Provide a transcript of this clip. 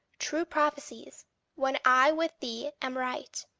true prophecies when i with thee am right,